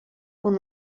con